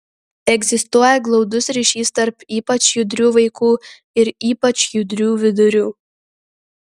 egzistuoja glaudus ryšys tarp ypač judrių vaikų ir ypač judrių vidurių